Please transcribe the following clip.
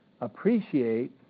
appreciate